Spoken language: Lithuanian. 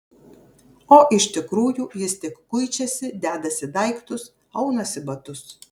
o iš tikrųjų jis tik kuičiasi dedasi daiktus aunasi batus